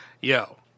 Yo